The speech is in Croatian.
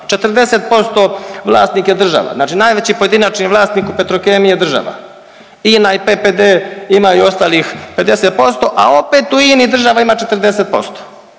40% vlasnik je država, znači najveći pojedinačni vlasnik u Petrokemiji je država. INA i PPD imaju ostalih 50%, a opet u INI država ima 40%